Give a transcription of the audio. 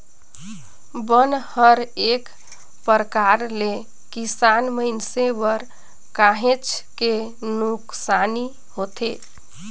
बन हर एक परकार ले किसान मइनसे बर काहेच के नुकसानी होथे